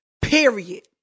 Period